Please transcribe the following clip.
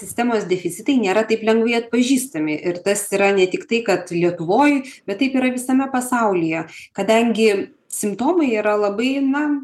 sistemos deficitai nėra taip lengvai atpažįstami ir tas yra ne tiktai kad lietuvoj bet taip yra visame pasaulyje kadangi simptomai yra labai na